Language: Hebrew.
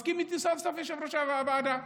מסכים איתי סוף-סוף יושב-ראש הוועדה?